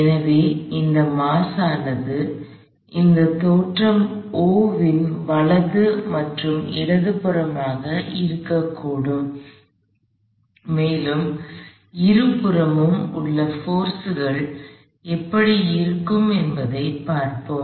எனவே இந்த மாஸ் ஆனது இந்த தோற்றம் O வின் வலது மற்றும் இடதுபுறமாக இருக்கக்கூடும் மேலும் இருபுறமும் உள்ள போர்ஸ் கள் எப்படி இருக்கும் என்பதைப் பார்ப்போம்